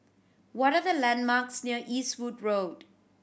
what are the landmarks near Eastwood Road